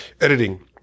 editing